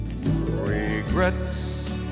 regrets